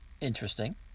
Interesting